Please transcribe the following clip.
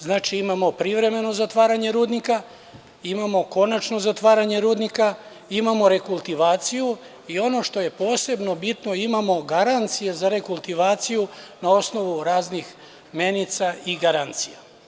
Znači, imamo privremeno zatvaranje rudnika, imamo konačno zatvaranje rudnika i imamo rekultivaciju rudnika i ono što je posebno bitno, imamo garancije za rekultivaciju na osnovu raznih menica i garancija.